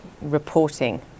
reporting